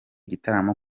gitaramo